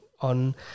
on